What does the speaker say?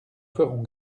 ferons